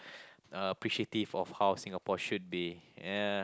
uh appreciative of how Singapore should be ya